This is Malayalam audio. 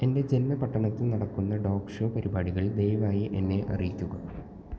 എന്റെ ജന്മപട്ടണത്തിൽ നടക്കുന്ന ഡോഗ് ഷോ പരിപാടികൾ ദയവായി എന്നെ അറിയിക്കുക